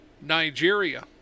Nigeria